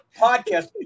podcast